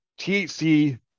THC